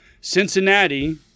Cincinnati